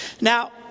Now